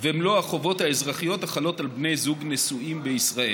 ומלוא החובות האזרחיות החלות על בני זוג נשואים בישראל.